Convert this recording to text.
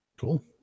Cool